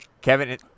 Kevin